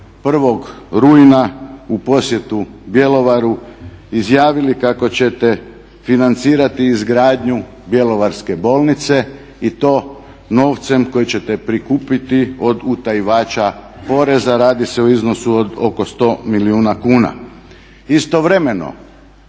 zato 1.rujna u posjetu Bjelovaru izjavili kako ćete financirati izgradnju bjelovarske bolnice i to novcem koji ćete prikupiti od utajivača poreza. Radi se o iznosu od oko 100 milijuna kuna. Istovremeno